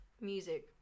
music